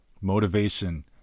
motivation